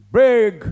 big